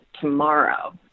tomorrow